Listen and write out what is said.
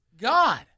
God